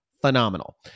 phenomenal